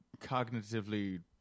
cognitively